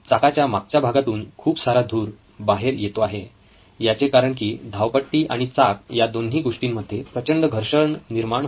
चाकाच्या मागच्या भागातून खूप सारा धूर बाहेर येतो आहे याचे कारण की धावपट्टी आणि चाक या दोन गोष्टींमध्ये प्रचंड घर्षण निर्माण होते